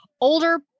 Older